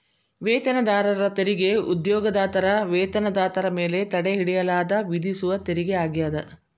ವೇತನದಾರರ ತೆರಿಗೆ ಉದ್ಯೋಗದಾತರ ವೇತನದಾರರ ಮೇಲೆ ತಡೆಹಿಡಿಯಲಾದ ವಿಧಿಸುವ ತೆರಿಗೆ ಆಗ್ಯಾದ